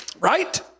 Right